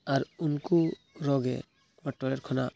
ᱟᱨ ᱩᱱᱠᱩ ᱨᱚᱜᱮ ᱚᱱᱟ ᱴᱚᱭᱞᱮᱴ ᱠᱷᱚᱱᱟᱜ